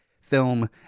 film